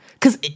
Cause